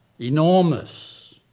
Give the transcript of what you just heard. Enormous